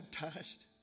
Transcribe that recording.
baptized